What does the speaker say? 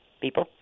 people